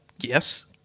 Yes